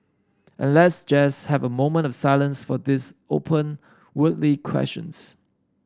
and let's just have a moment of silence for these open worldly questions